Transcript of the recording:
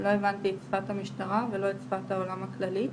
לא הבנתי את שפת המשטרה ולא את שפת העולם הכללי.